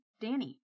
Danny